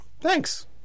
thanks